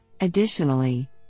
Additionally